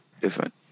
different